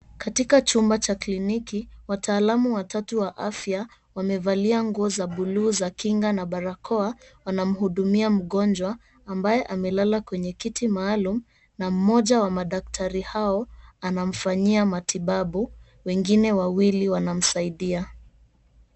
Katika chumba cha kliniki wataalamu watatu wa afya wamevalia nguo za buluu za kinga na barakoa wanamhudumia mgonjwa ambaye amelala kwenye kiti maalum na mmoja wa madaktari hao anamfanyia matibabu, wengine wawili wanamsaidia.